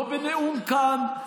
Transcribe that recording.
לא בנאום כאן,